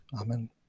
Amen